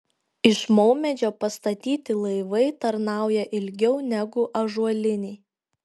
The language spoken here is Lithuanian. iš maumedžio pastatyti laivai tarnauja ilgiau negu ąžuoliniai